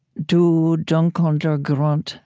du dunkelnder grund,